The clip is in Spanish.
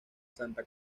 santa